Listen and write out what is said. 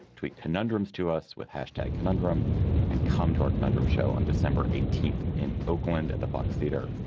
tweet conundrums to us with hashtag conundrum and come to our conundrum show on december eighteenth in oakland at the fox theater.